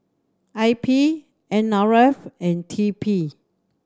I P N R F and T P